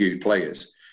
players